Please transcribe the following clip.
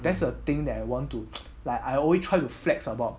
that's the thing that I want to like I always try to flag about